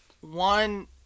one